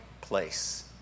place